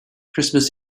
christmas